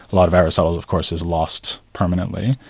a lot of aristotle of course is lost permanently,